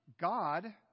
God